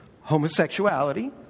Homosexuality